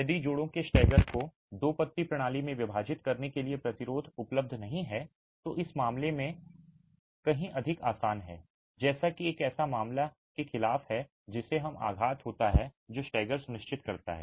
यदि जोड़ों के स्टैगर को दो पत्ती प्रणाली में विभाजित करने के लिए प्रतिरोध उपलब्ध नहीं है तो इस मामले में इस मामले में कहीं अधिक आसान है जैसा कि एक ऐसे मामले के खिलाफ है जिसमें आघात होता है जो स्टैगर सुनिश्चित करता है